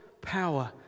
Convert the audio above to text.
power